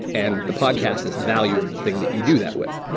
and the podcast is the value of the thing that you do that with.